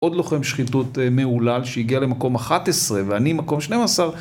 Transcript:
עוד לוחם שחיתות מהולל שהגיע למקום 11 ואני מקום 12